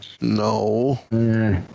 No